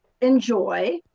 enjoy